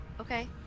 Okay